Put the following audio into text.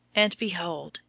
and, behold,